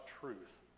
truth